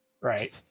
Right